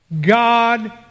God